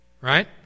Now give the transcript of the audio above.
Right